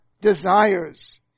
desires